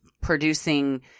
producing